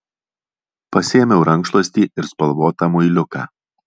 pasiėmiau rankšluostį ir spalvotą muiliuką